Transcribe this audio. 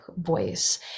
voice